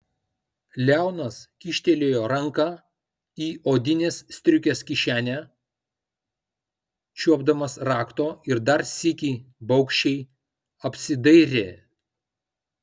leonas kyštelėjo ranką į odinės striukės kišenę čiuopdamas rakto ir dar sykį baugščiai apsidairė